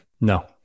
no